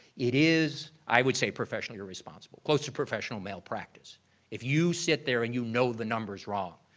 it is, i would say, professionally irresponsible, close to professional malpractice if you sit there and you know the number is wrong,